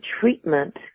treatment